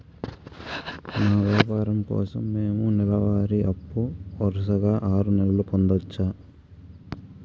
మా వ్యాపారం కోసం మేము నెల వారి అప్పు వరుసగా ఆరు నెలలు పొందొచ్చా?